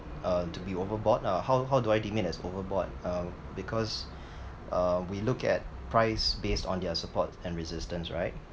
uh to be overboard lah how how do I limit as overboard uh because um we look at price based on their support and resistance right